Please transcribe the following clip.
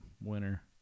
winner